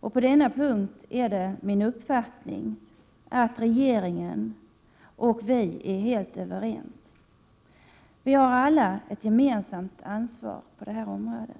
På denna punkt är det min uppfattning att regeringen och vi är helt överens. Vi har alla ett gemensamt ansvar på det här området.